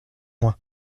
moi